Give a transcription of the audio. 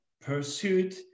pursued